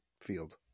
field